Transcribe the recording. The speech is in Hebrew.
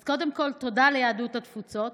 אז קודם כול, תודה ליהדות התפוצות,